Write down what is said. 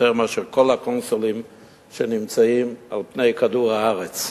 יותר מאשר כל הקונסולים שנמצאים על פני כדור הארץ,